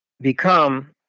become